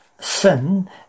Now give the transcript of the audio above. sin